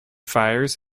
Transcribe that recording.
fires